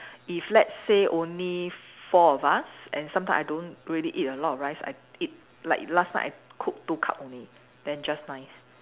if let's say only four of us and sometimes I don't really eat a lot of rice I eat like last night I cook two cup only then just nice